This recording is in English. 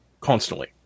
constantly